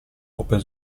open